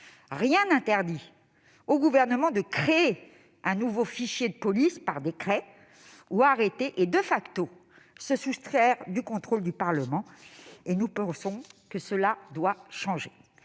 rien n'interdit au Gouvernement de créer un nouveau fichier de police par décret ou arrêté et,, de se soustraire au contrôle du Parlement. Nous pensons que cela doit changer.